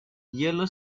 yellow